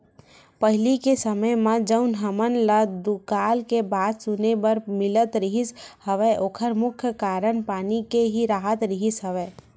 पहिली के समे म जउन हमन ल दुकाल के बात सुने बर मिलत रिहिस हवय ओखर मुख्य कारन पानी के ही राहत रिहिस हवय